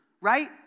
right